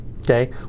okay